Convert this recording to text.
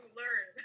learn